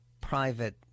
private